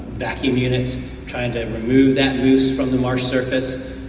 vacuum units trying to remove that mousse from the marsh's surface,